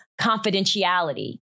confidentiality